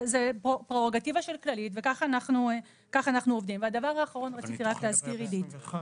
נוירוכירורגית ואנחנו צריכים גם להכין את המעטפת להקמה